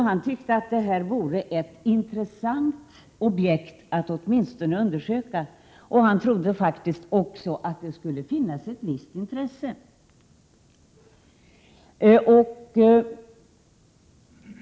Han tyckte att det vore intressant att undersöka detta objekt och om det även skulle finnas ett intresse för arbete inom den civila vården.